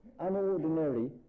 unordinary